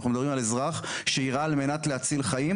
אנחנו מדברים על אזרח שירה על מנת להציל חיים,